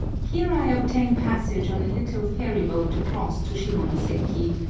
here i obtain passage on a little ferry-boat across to shimonoseki,